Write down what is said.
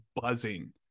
buzzing